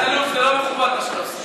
אלאלוף, זה לא מכובד, מה שאתה עושה.